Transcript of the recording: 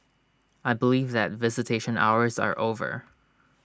I believe that visitation hours are over